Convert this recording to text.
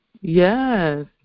Yes